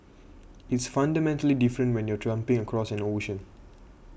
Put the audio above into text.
it's fundamentally different when you're jumping across an ocean